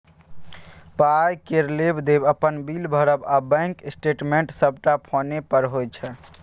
पाइ केर लेब देब, अपन बिल भरब आ बैंक स्टेटमेंट सबटा फोने पर होइ छै